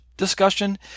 discussion